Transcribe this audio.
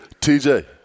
TJ